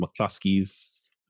McCluskey's